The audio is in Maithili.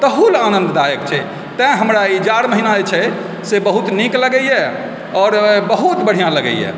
तहू लेल आनन्ददायक छै तैं हमरा ई जाड़ महीना जे छै से बहुत नीक लागैए आओर बहुत बढ़िआँ लागैए